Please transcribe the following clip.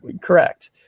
Correct